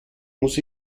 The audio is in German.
muss